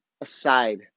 aside